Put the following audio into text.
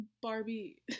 Barbie